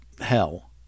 hell